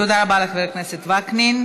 תודה רבה לחבר הכנסת וקנין.